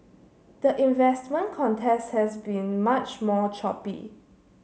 the investment contest has been much more choppy